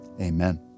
amen